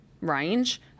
range –